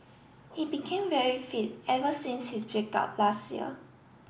he became very fit ever since his break up last year